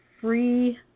free